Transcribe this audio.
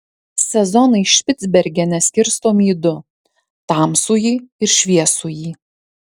sezonai špicbergene skirstomi į du tamsųjį ir šviesųjį